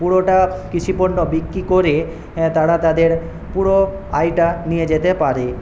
পুরোটা কৃষিপণ্য বিক্রি করে তারা তাদের পুরো আয়টা নিয়ে যেতে পারে